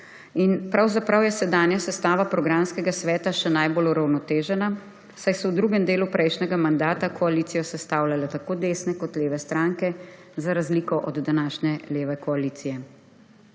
Pravzaprav je sedanja sestava programskega sveta še najbolj uravnotežena, saj so v drugem delu prejšnjega mandata koalicijo sestavljale tako desne kot leve stranke, za razliko od današnje leve koalicije.